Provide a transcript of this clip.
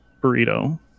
burrito